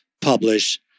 publish